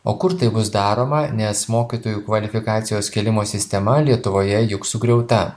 o kur tai bus daroma nes mokytojų kvalifikacijos kėlimo sistema lietuvoje juk sugriauta